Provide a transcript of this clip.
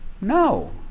No